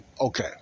Okay